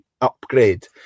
upgrade